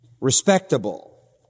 respectable